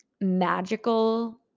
magical